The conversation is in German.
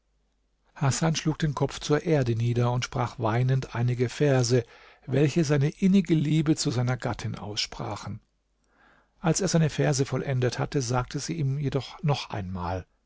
hasan schlug den kopf zur erde nieder und sprach weinend einige verse welche seine innige liebe zu seiner gattin aussprachen als er seine verse vollendet hatte sagte sie ihm jedoch noch einmal